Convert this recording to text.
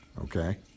okay